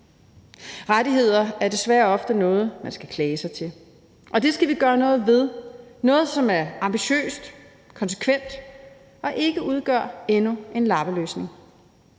Rettigheder er desværre ofte noget, man skal klage sig til. Og det skal vi gøre noget ved; noget, som er ambitiøst, konsekvent og ikke udgør endnu en lappeløsning.